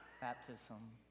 baptism